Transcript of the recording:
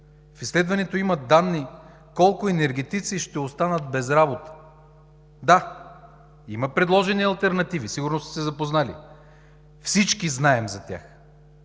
В изследването има данни колко енергетици ще останат без работа. Да, има предложени алтернативи, сигурно сте се запознали, всички знаем за тях.